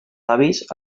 avis